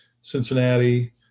Cincinnati